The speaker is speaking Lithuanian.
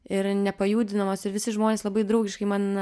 ir nepajudinamos ir visi žmonės labai draugiškai man